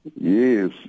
Yes